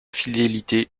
fidélité